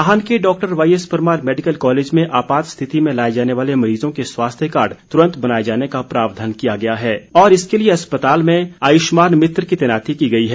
नाहन के doctor YS Parmar medical college में आपात स्थिति में लाए जाने वाले मरीजों के स्वास्थ्य कार्ड तूरंत बनाए जाने का प्रावधान किया गया है और इसके लिए आयुष्मान मित्र की तैनाती की गई है